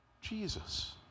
Jesus